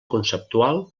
conceptual